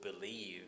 believe